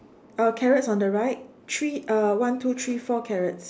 oh carrot from the right three uh one two three four carrots